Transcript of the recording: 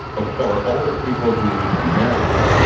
ah or older people who marry,